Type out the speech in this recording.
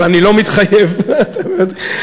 אני מהמר שלא.